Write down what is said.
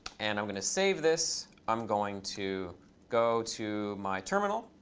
and i'm going to save this. i'm going to go to my terminal.